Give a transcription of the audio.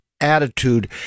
attitude